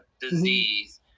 disease